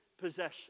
possession